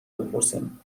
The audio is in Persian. بپرسیم